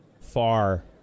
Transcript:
far